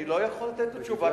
אני לא יכול לתת לו תשובה,